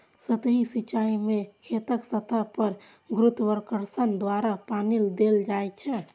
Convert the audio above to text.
सतही सिंचाइ मे खेतक सतह पर गुरुत्वाकर्षण द्वारा पानि देल जाइ छै